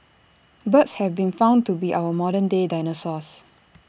birds have been found to be our modern day dinosaurs